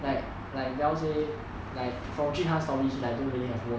like like dell say like from ji han story that he doesn't really have work